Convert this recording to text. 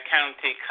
County